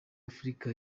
africa